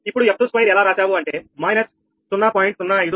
ఇప్పుడు f22 ఎలా రాశావు అంటే మైనస్ 0